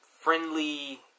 friendly